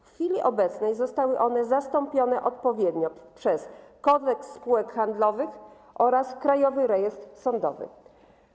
W chwili obecnej zostały one zastąpione odpowiednio przez Kodeks spółek handlowych oraz Krajowy Rejestr Sądowy.